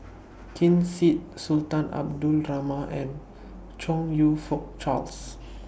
Ken Seet Sultan Abdul Rahman and Chong YOU Fook Charles